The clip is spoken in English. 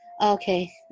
Okay